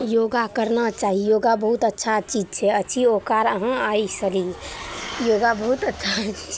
योगा करना चाही योगा बहुत अच्छा चीज छिए अछि ओकर अहाँ एहि शरीरमे योगा बहुत अच्छा